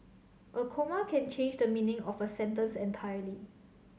a comma can change the meaning of a sentence entirely